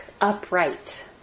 upright